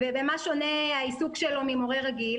במה שונה העיסוק שלו ממורה רגיל?